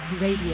Radio